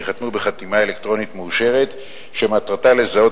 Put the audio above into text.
ייחתמו בחתימה אלקטרונית מאושרת שמטרתה לזהות